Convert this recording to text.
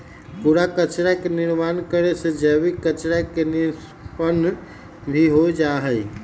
कूड़ा कचरा के निर्माण करे से जैविक कचरा के निष्पन्न भी हो जाहई